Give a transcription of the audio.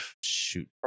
shoot